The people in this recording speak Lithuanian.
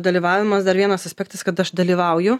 dalyvavimas dar vienas aspektas kad aš dalyvauju